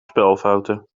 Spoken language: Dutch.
spelfouten